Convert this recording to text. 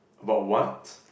about what